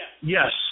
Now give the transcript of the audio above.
Yes